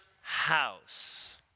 house